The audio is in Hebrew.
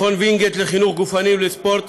מכון וינגייט לחינוך גופני ולספורט